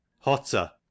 Hotter